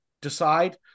decide